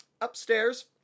Upstairs